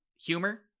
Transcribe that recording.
humor